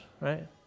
right